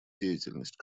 деятельность